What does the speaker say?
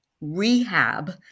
rehab